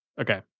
okay